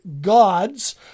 gods